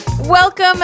Welcome